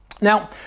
Now